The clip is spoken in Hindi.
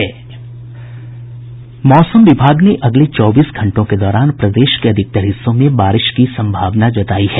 मौसम विभाग ने अगले चौबीस घंटों के दौरान प्रदेश के अधिकतर हिस्सों में बारिश की सम्भावना जतायी है